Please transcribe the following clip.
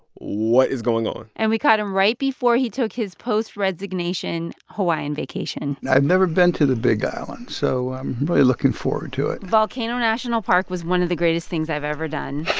what is going on? and we caught him right before he took his post-resignation hawaiian vacation i've never been to the big island, so i'm really looking forward to it volcano national park was one of the greatest things i've ever done